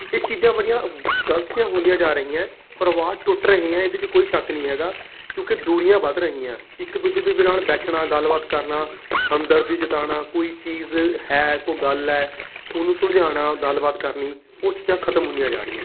ਇਹ ਚੀਜ਼ਾਂ ਬੜੀਆਂ ਗਲਤ ਜਿਹੀਆਂ ਹੁੰਦੀਆਂ ਜਾ ਰਹੀਆਂ ਪਰਿਵਾਰ ਟੁੱਟ ਰਹੇ ਹੈ ਇਹਦੇ 'ਚ ਕੋਈ ਸ਼ੱਕ ਨਹੀਂ ਹੈਗਾ ਕਿਉਂਕਿ ਦੂਰੀਆਂ ਵੱਧ ਰਹੀਆਂ ਇੱਕ ਦੂਜੇ ਦੇ ਵੀ ਨਾਲ ਬੈਠਣਾ ਗੱਲਬਾਤ ਕਰਨਾ ਹਮਦਰਦੀ ਜਤਾਉਣਾ ਕੋਈ ਚੀਜ਼ ਹੈ ਕੋਈ ਗੱਲ ਹੈ ਉਹਨੂੰ ਸੁਲਝਾਉਣਾ ਗੱਲਬਾਤ ਕਰਨੀ ਉਹ ਚੀਜ਼ਾਂ ਖਤਮ ਹੁੰਦੀਆਂ ਜਾ ਰਹੀਆਂ